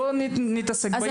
בואו נתעסק בעיקר,